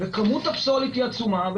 כמות הפסולת עצומה,